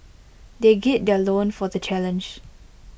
they gird their loins for the challenge